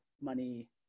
money